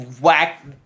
whack